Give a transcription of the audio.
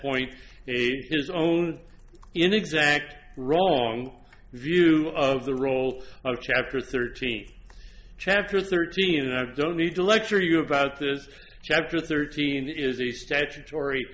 point his own inexact wrong view of the role of chapter thirteen chapter thirteen i don't need to lecture you about this chapter thirteen is the statutory